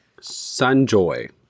Sunjoy